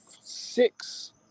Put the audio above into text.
six